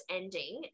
ending